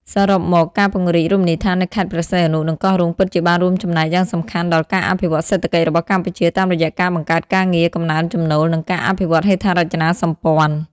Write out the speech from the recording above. សរុបមក ការពង្រីករមណីយដ្ឋាននៅខេត្តព្រះសីហនុ និងកោះរ៉ុង ពិតជាបានរួមចំណែកយ៉ាងសំខាន់ដល់ ការអភិវឌ្ឍសេដ្ឋកិច្ច របស់កម្ពុជា តាមរយៈការបង្កើតការងារ កំណើនចំណូល និងការអភិវឌ្ឍហេដ្ឋារចនាសម្ព័ន្ធ។